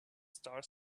star